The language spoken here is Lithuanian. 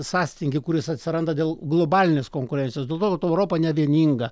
sąstingį kuris atsiranda dėl globalinės konkurencijos dėl to kad europa nevieninga